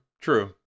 true